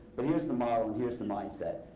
but here is the model and here is the mindset.